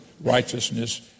righteousness